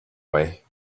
way